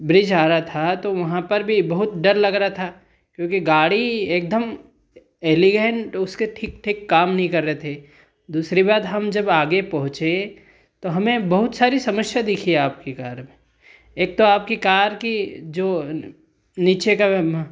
bridge आ रहा था तो वहाँ पर भी बहुत डर लग रहा था क्योंकि गाड़ी एकदम एलिएन्ट उसके ठीक ठीक काम नहीं कर रहे थे दूसरी बात हम जब आगे पहुँचे तो हमें बहुत सारी समस्या देखी आपकी कार में एक तो आपकी कार की जो नीचे का